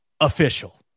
Official